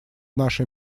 наши